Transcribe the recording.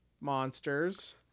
monsters